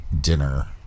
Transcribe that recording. dinner